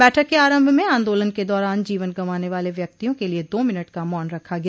बैठक के आरंभ में आंदोलन के दौरान जीवन गंवाने वाले व्यक्तियों के लिए दो मिनट का मौन रखा गया